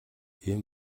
ийм